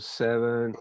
seven